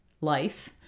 life